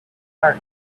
art